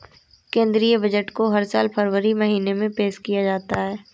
केंद्रीय बजट को हर साल फरवरी महीने में पेश किया जाता है